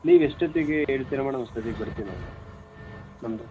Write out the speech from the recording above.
ನೀವು ಎಷ್ಟೊತ್ತಿಗೆ ಇರ್ತೀರ ಮೇಡಮ್ ಅಷ್ಟೊತ್ತಿಗೆ ಬರ್ತೀವಿ ನಾವು ನಮ್ಮದು